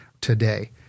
today